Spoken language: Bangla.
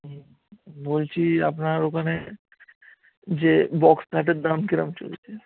হুম বলছি আপনার ওখানে যে বক্স খাটের দাম কীরকম চলছে